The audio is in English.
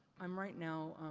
i'm right now,